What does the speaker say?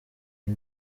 the